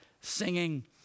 singing